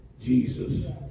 Jesus